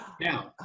now